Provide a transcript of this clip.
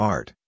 Art